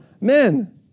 men